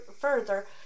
further